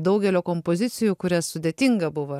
daugelio kompozicijų kurias sudėtinga buvo